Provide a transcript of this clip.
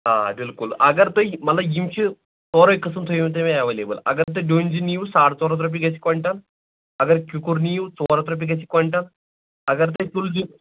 آ بِلکُل اگر تُہۍ مطلب یِم چھِ ژورٕے قٕسم تھٲوِو تۄہہِ مےٚ ایویلیبٕل اگر تُہۍ ڈوٗنۍ زِیُن نِیِو ساڑ ژور ہتھ رۄپیہِ گژھِ کۄینٛٹل اگر کِکُر نِیو ژور ہتھ رۄپیہِ گژھِ یہِ کۄینٛٹل اگر تۄہہِ کُل زِیُن